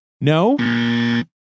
No